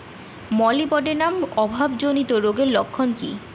Molybdenum অভাবজনিত রোগের লক্ষণ কি কি?